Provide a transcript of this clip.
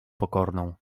pokorną